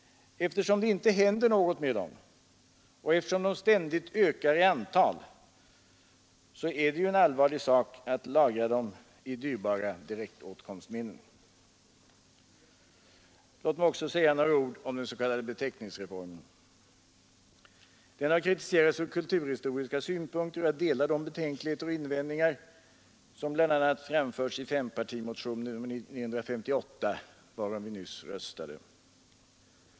Eftersom det inte händer något med dem, och eftersom de ständigt ökar i antal är det en allvarlig sak att lagra dem i dyrbara direktåtkomstminnen. Låt mig också säga några ord om den s.k. beteckningsreformen. Den har kritiserats ur kulturhistoriska synpunkter, och jag delar de betänkligheter och invändningar som bl.a. framförts i fempartimotionen 958 varom vi nyss röstade.